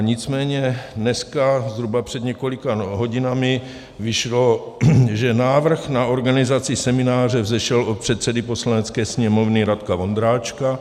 Nicméně dneska zhruba před několika hodinami vyšlo, že návrh na organizaci semináře vzešel od předsedy Poslanecké sněmovny Radka Vondráčka.